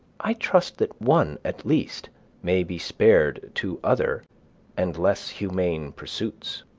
i trust that one at least may be spared to other and less humane pursuits.